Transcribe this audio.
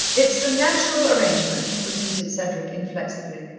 it is the natural arrangement, repeated cedric inflexibly.